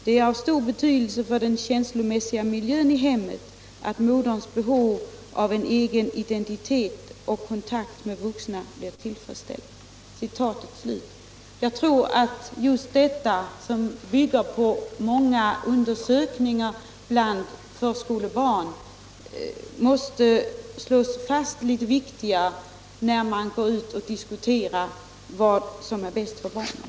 Det är av stor betydelse för den känslomässiga miljön i hemmet att moderns behov av egen identitet och kontakt med vuxna blir tillfredsställt.” Jag tror att just detta uttalande, som bygger på många undersökningar Allmänpolitisk debatt debatt bland förskolebarn, måste slås fast som ett viktigt faktum när man går ut och diskuterar vad som är bäst för barnen.